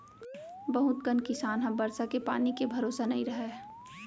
बहुत कन किसान ह बरसा के पानी के भरोसा नइ रहय